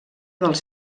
dels